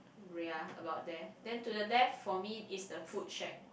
ya about that then to the left for me is the food shack